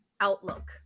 outlook